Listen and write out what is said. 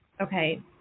Okay